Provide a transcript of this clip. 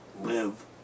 live